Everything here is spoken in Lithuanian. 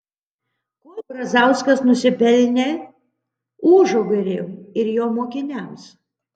kuo brazauskas nusipelnė užugiriui ir jo mokiniams